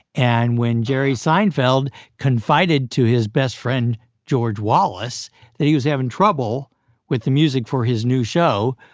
and when jerry seinfeld confided to his best friend george wallace that he was having trouble with the music for his new show,